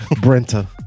Brenta